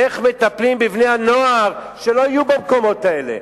איך מטפלים בבני-הנוער שלא יהיו במקומות האלה,